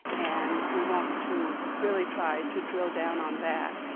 and we want to really try to drill down on that.